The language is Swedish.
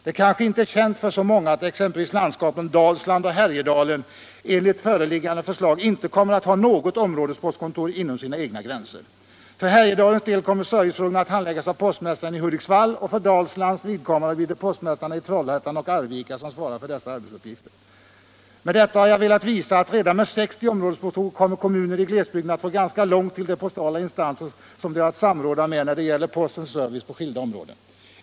Det kanske inte är känt för så många att exempelvis landskapen Dalsland och Härjedalen enligt föreliggande förslag inte kommer att ha något områdespostkontor inom sina egna gränser. För Härjedalens del kommer servicefrågorna att handläggas av postmästaren i Hudiksvall och för Dalslands vidkommande blir det postmästarna i Trollhättan och Arvika som svarar för dessa uppgifter. Med detta har jag velat visa att redan med 60 områdespostkontor kommer kommunerna i glesbygden att få ganska långt till de postala instanser som de har att samråda med när det gäller postens service på skilda områden.